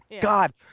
God